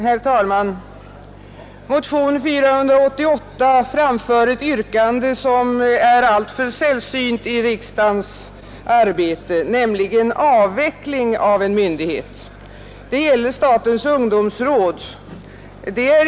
Herr talman! I motionen 488 framförs ett yrkande som är alltför sällsynt i riksdagens arbete, nämligen om avveckling av en myndighet. Det gäller statens ungdomsråd.